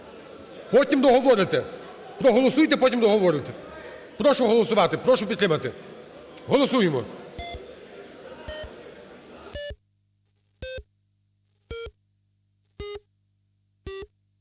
Потім договорите. Проголосуйте, потім договорите. Прошу голосувати, прошу підтримати. Голосуємо.